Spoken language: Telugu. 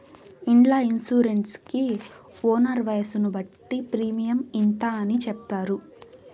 ఇండ్ల ఇన్సూరెన్స్ కి ఓనర్ వయసును బట్టి ప్రీమియం ఇంత అని చెప్తారు